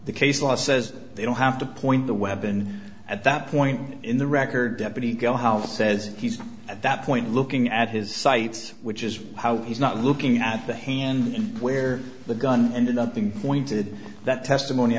the case law says they don't have to point the weapon at that point in the record deputy go house says he's at that point looking at his sights which is how he's not looking at the hand where the gun and nothing pointed that testimony